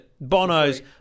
Bono's